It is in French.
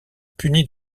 punis